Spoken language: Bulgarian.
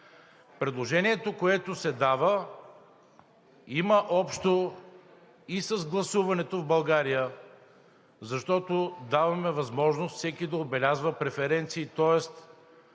Предложението, което се дава, има общо и с гласуването в България, защото даваме възможност всеки да отбелязва преференции, тоест